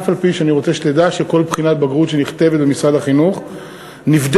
אני רוצה שתדע שכל בחינת בגרות שנכתבת במשרד החינוך נבדקת,